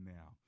now